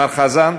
מר חזן,